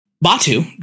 Batu